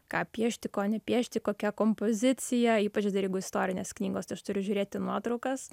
ką piešti ko nepiešti kokia kompozicija ypač dar jeigu istorinės knygos tai aš turiu žiūrėt į nuotraukas